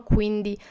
Quindi